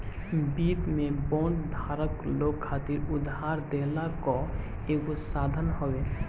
वित्त में बांड धारक लोग खातिर उधार देहला कअ एगो साधन हवे